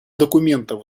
документа